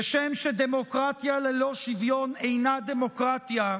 כשם שדמוקרטיה ללא שוויון אינה דמוקרטיה,